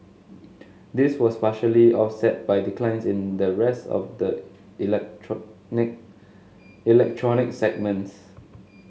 this was partially offset by declines in the rest of the electronic electronic segments